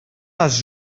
les